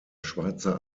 schweizer